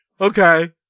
okay